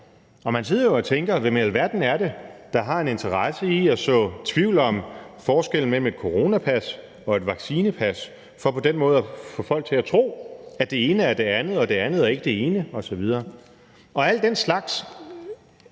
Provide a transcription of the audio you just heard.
Og man sidder jo og tænker, hvem i alverden det er, der har en interesse i at så tvivl om forskellen mellem et coronapas og et vaccinepas for på den måde at få folk til at tro, at det ene er det andet og det andet ikke er det ene osv. Al den slags